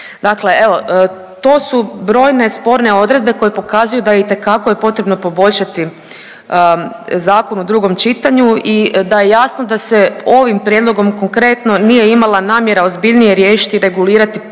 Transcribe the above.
Dakle evo, to su brojne sporne odredbe koje pokazuju da itekako je potrebno poboljšati zakon u drugom čitanju i da je jasno da se ovim prijedlogom konkretno nije imala namjera ozbiljnije riješiti, regulirati pitanje